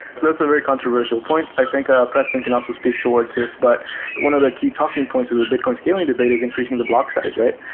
that's a very controversial point. i think ah preston can also speak towards this, but one of the key talking points of the bitcoin scaling debate is increasing the block size, right?